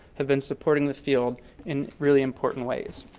have been supporting the field in really important ways.